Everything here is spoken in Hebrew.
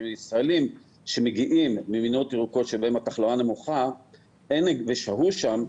קרי ישראלים שמגיעים ממדינות שבהן התחלואה נמוכה והם שהו שם,